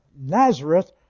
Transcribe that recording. Nazareth